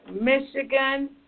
Michigan